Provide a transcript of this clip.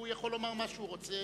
הוא יכול לומר מה שהוא רוצה